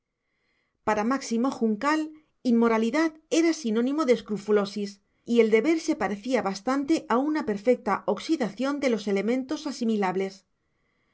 para máximo juncal inmoralidad era sinónimo de escrofulosis y el deber se parecía bastante a una perfecta oxidación de los elementos asimilables